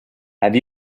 have